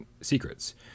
secrets